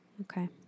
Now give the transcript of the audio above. Okay